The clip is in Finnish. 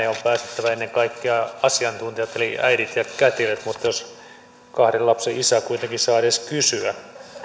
päästettävä ennen kaikkea asiantuntijat eli äidit ja kätilöt mutta jospa kahden lapsen isä kuitenkin saa edes kysyä